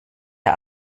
der